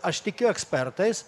aš tikiu ekspertais